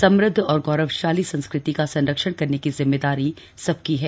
समुद्ध और गौरवशाली संस्कृति का संरक्षण करने की जिम्मेदारी सबकी है